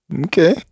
Okay